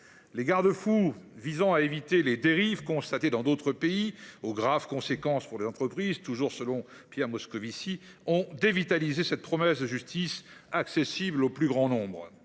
les « garde fous » visant à éviter « les dérives constatées dans d’autres pays », aux « graves conséquences pour les entreprises »– je cite toujours Pierre Moscovici –, ont dévitalisé cette promesse d’une justice accessible au plus grand nombre.